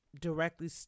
directly